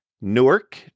Newark